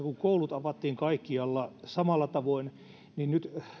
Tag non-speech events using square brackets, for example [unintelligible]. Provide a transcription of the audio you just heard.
[unintelligible] kun koulut avattiin kaikkialla samalla tavoin niin nyt